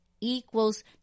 equals